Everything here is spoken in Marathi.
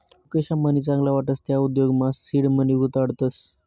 मुकेश अंबानी चांगला वाटस त्या उद्योगमा सीड मनी गुताडतस